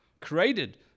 created